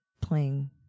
playing